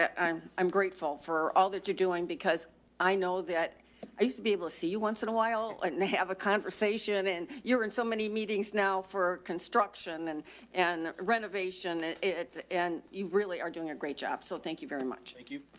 i'm, i'm grateful for all that you're doing because i know that i used to be able to see you once in a while and and they have a conversation and you're in so many meetings now for construction and and renovation. it's, and you really are doing a great job, so thank you very much. thank you.